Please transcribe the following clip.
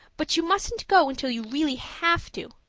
but you mustn't go until you really have to.